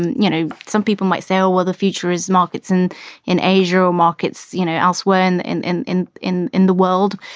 you know, some people might say, oh, well, the future is markets and in asia or markets, you know, elsewhere in in in in in the world.